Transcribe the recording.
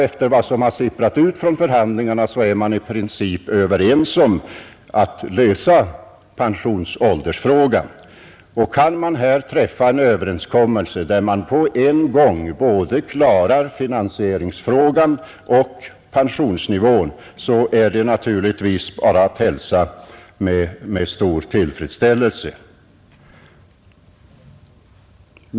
Efter vad som sipprat ut från förhandlingarna är man också i princip överens om att lösa pensionsåldersfrågan. Och kan man träffa en överenskommelse, där man på en gång klarar både finansieringsfrågan och pensionsnivån, så är det naturligtvis att hälsa med stor tillfredsställelse.